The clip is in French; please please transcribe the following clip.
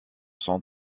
sont